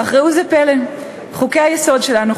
אך ראו זה פלא: חוקי-היסוד שלנו,